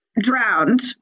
drowned